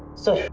so,